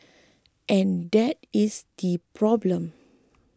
and that is the problem